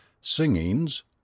singings